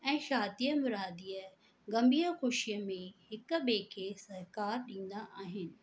ऐं शादीअ मुरादीअ ग़मीअ ख़ुशीअ में हिक ॿिए खे सहकारु ॾींदा आहिनि